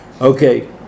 Okay